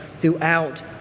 throughout